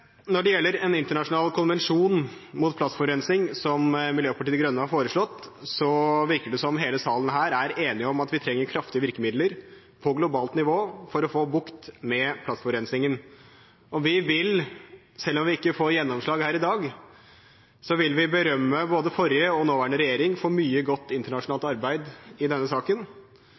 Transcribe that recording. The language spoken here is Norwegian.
Når det gjelder en internasjonal konvensjon mot plastforurensning, som Miljøpartiet De Grønne har foreslått, virker det som hele salen her er enig om at vi trenger kraftige virkemidler på globalt nivå for å få bukt med plastforurensningen. Vi vil, selv om vi ikke får gjennomslag her i dag, berømme både forrige og nåværende regjering for mye godt internasjonalt arbeid i denne saken.